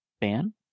ban